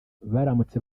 baramutse